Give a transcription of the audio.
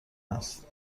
است